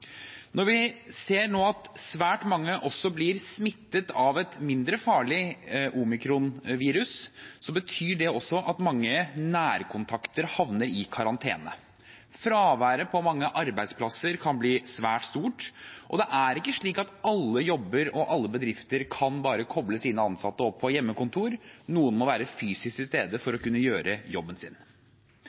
Når vi nå ser at svært mange blir smittet av en mindre farlig virusvariant, omikron, betyr det at mange nærkontakter havner i karantene. Fraværet på mange arbeidsplasser kan bli svært stort, og det er ikke slik at alle jobber og alle bedrifter bare kan koble sine ansatte opp på hjemmekontor. Noen må være fysisk til stede for å kunne gjøre jobben sin.